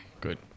good